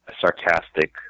sarcastic